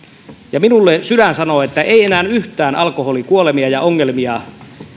minulle sydän sanoo että ei enää yhtään alkoholikuolemia ja ongelmia